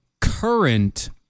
current